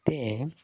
ते